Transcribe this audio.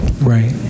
Right